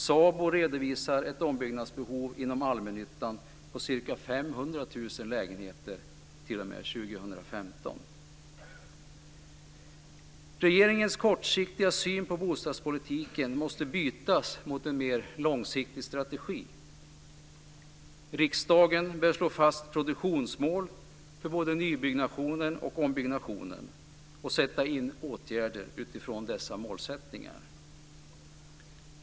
SABO redovisar ett ombyggnadsbehov inom allmännyttan på ca Regeringens kortsiktiga syn på bostadspolitiken måste bytas mot en mer långsiktig strategi. Riksdagen bör slå fast produktionsmål för både nybyggnationen och ombyggnationen och sätta in åtgärder utifrån dessa målsättningar.